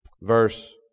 Verse